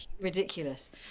ridiculous